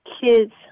kids